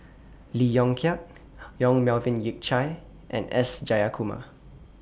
Lee Yong Kiat Yong Melvin Yik Chye and S Jayakumar